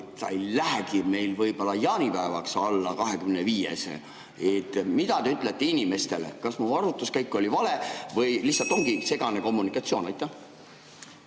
ei lähe meil võib-olla jaanipäevakski alla 25. Mida te ütlete inimestele, kas mu arvutuskäik oli vale või lihtsalt ongi segane kommunikatsioon? Tänan,